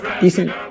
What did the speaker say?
decent